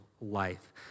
life